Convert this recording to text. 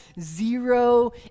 zero